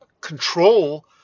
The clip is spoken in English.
control